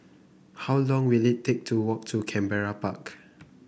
how long will it take to walk to Canberra Park